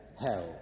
hell